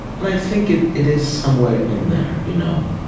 and i think it it is somewhere in there. you know